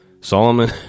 Solomon